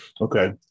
Okay